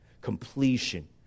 Completion